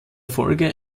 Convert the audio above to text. folge